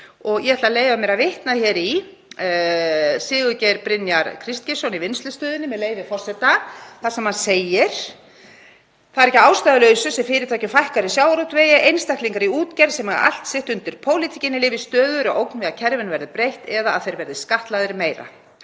Ég ætla að leyfa mér að vitna í Sigurgeir Brynjar Kristgeirsson í Vinnslustöðinni, með leyfi forseta, þar sem hann segir: „Það er ekki að ástæðulausu sem fyrirtækjum fækkar í sjávarútvegi, einstaklingar í útgerð, sem eiga allt sitt undir pólitíkinni, lifa í stöðugri ógn við að kerfinu verði breytt eða að þeir verði skattlagðir meira.“